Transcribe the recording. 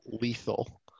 lethal